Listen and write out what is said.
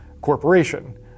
corporation